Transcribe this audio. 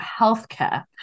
healthcare